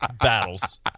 Battles